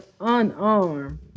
unarmed